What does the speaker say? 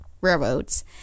railroads